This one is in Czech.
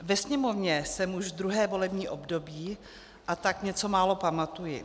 Ve Sněmovně jsem už druhé volební období, a tak něco málo pamatuji.